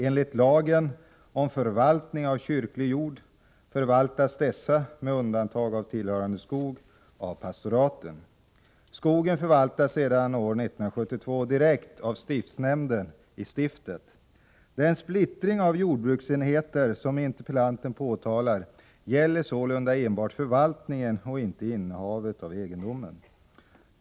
Enligt lagen om förvaltning av kyrklig jord förvaltas dessa — med undantag av tillhörande skog — av pastoraten. Skogen förvaltas sedan år 1972 direkt av stiftsnämnden i stiftet. Den splittring av jordbruksenheter som interpellanten påtalar gäller sålunda enbart förvaltningen och inte innehavet av egendomen.